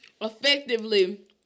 effectively